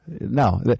no